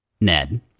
Ned